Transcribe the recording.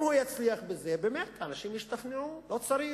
אם הוא יצליח בזה, באמת אנשים ישתכנעו: לא צריך.